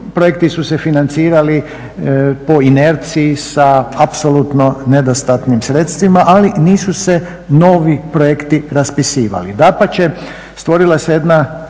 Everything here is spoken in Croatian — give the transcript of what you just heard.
projekti su se financirali po inerciji sa apsolutno nedostatnim sredstvima, ali nisu se novi projekti raspisivali.